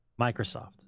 Microsoft